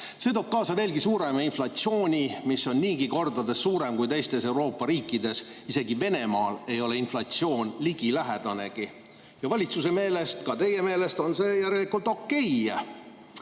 See toob kaasa veelgi suurema inflatsiooni, mis on niigi kordades suurem kui teistes Euroopa riikides. Isegi Venemaal ei ole inflatsioon ligilähedanegi. Valitsuse meelest, ka teie meelest on see järelikult okei.